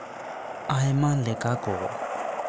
ᱟᱭᱢᱟ ᱞᱮᱠᱟ ᱠᱚ